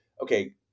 okay